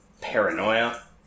paranoia